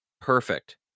Perfect